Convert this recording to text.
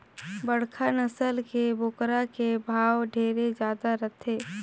बड़खा नसल के बोकरा के भाव ढेरे जादा रथे